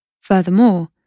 Furthermore